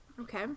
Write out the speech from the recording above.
okay